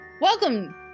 Welcome